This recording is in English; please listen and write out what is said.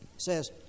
says